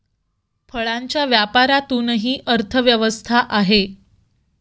फळांच्या व्यापारातूनही अर्थव्यवस्था आहे